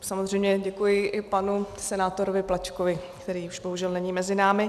Samozřejmě děkuji i panu senátorovi Plačkovi, který už bohužel není mezi námi.